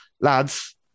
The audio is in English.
Lads